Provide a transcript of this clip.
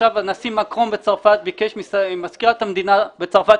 עכשיו הנשיא מקרון בצרפת ביקש ממזכירת המדינה בצרפת,